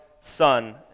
son